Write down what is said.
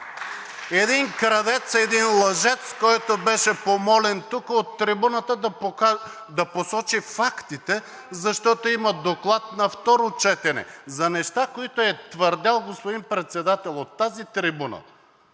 Един крадец, един лъжец, който беше помолен тук от трибуната да посочи фактите, защото има Доклад на второ четене. За неща, които е твърдял, господин Председател, от тази трибуна,